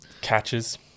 Catches